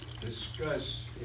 Discuss